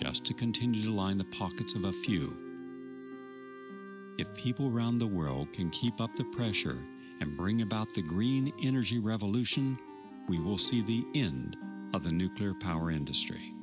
just to continue to line the pockets of a few people around the world can keep up the pressure and bring about the green energy revolution we will see the end of the nuclear power industry